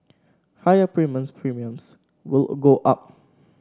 higher premiums Premiums will go up